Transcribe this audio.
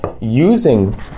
using